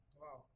wow